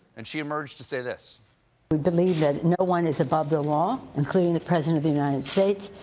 and she emerged to say this we believe and no one is above the law, including the president of the united states,